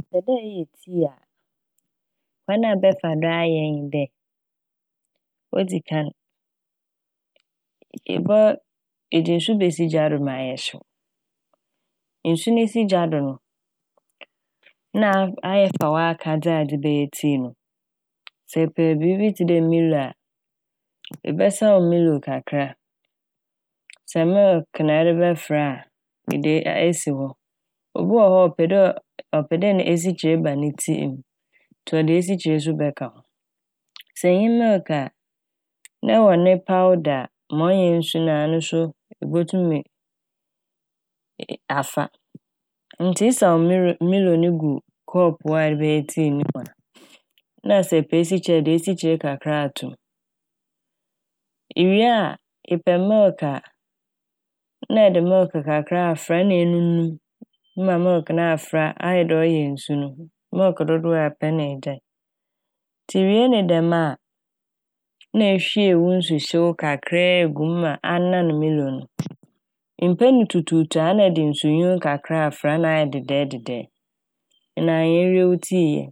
Epɛ dɛ eyɛ tsii a kwan a ɛbɛfa do ayɛ nye dɛ odzikan, ebɔ - edze nsu besi gya do ma ɔayɛ hyew. Nsu no si gya do no na ayɛ- afa w'akɛdze a edze bɛyɛ tsii no. Sɛ epɛ biibi tse dɛ "milo" a ebɛsaw "milo" kakra a, sɛ "milk" na ɛde bɛfora a ee- ede esi hɔ. Obi wɔ hɔ a ɔpɛ dɛ ɔ- ɔpɛ dɛ esikyere ba ne tsii m' ntsi ɔdze esikyere so bɛka ho. Sɛ innyi "milk" a na ɛwɔ ne pawda a ma ɔnnyɛ nsu no a, ano so ebotum ee- afa. Ntsi esaw miro- "milo" no gu kɔɔpow a erebɛyɛ tsii no mu a na sɛ epɛ esikyere a ede esikyere kakra ato m'. Iwie a epɛ "milk" a ma ede"milk" kakra afora na enunum ma "milk" no afora ɔyɛ dɛ ɔreyɛ nsu no "milk" dodow a epɛ n' na egyae. Ntsi iwie ne dɛm a na ehwie wo nsuhyew kakra a egu mu ma anan "milo" no mmpɛ no tutuutu a na ede nsu nwin kakra a afora na ayɛ dedɛɛdedɛ na nye n' ewie wo tsii yɛ.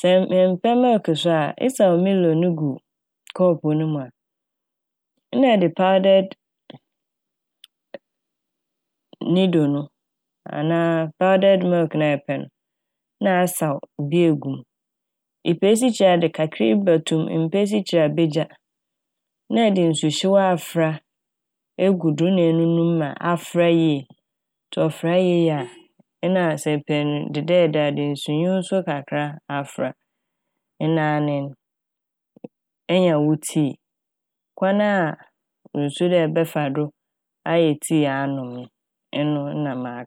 Sɛ mmpɛ "milk" so a esaw "milo" no gu kɔɔpow ne mu a na ede " powdered nido anaa "powdered milk" no a epɛ no na asaw bi egu m', epɛ esikyere a ede kakra bi bɔto m' mmpɛ esikyere a ebegya na ede nsu hyew afora egu do na enunum ma afora yie ntsi ɔfora yie a nna sɛ ɛpɛ ne dedɛɛdɛ a edze nsu nwin kakra afora a ena nye n' enya wo tsii. Kwan a mususu dɛ ɛbɛfa do ayɛ tsii anom no eno na maka n'.